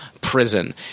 prison